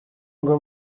ngo